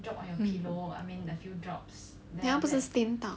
then 他不是 stain 到